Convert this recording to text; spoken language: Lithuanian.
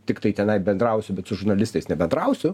tiktai tenai bendrausiu bet su žurnalistais nebendrausiu